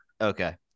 Okay